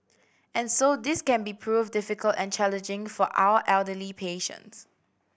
and so this can be prove difficult and challenging for our elderly patients